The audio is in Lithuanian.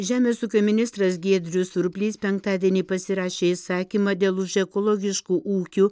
žemės ūkio ministras giedrius surplys penktadienį pasirašė įsakymą dėl už ekologiškų ūkių